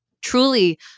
Truly